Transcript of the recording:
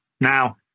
Now